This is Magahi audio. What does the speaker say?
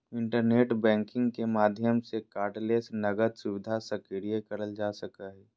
इंटरनेट बैंकिंग के माध्यम से कार्डलेस नकद सुविधा सक्रिय करल जा सको हय